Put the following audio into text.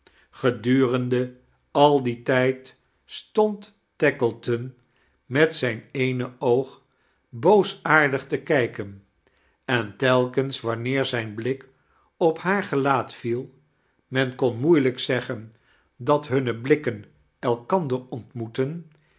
gedurende al dien tijd stond tackleton met zijn eene oog boosaardig te kijken en telkems wanneer zijn blik op haar gelaat viel men kon moeilijk zeggen dat hunne blikken chakles dickens el'kander ontmoetten